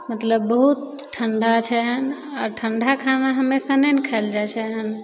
मतलब बहुत ठण्डा छै आओर ठण्डा खाना हमेशा नहि ने खाएल जाए छै